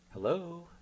Hello